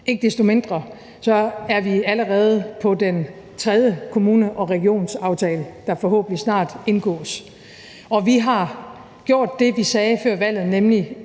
ikke desto mindre er vi allerede ved den tredje kommune- og regionsaftale, der forhåbentlig snart indgås. Og vi har gjort det, vi sagde før valget, nemlig